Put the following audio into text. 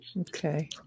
Okay